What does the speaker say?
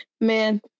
man